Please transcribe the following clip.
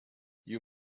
you